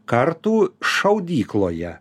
kartų šaudykloje